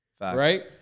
right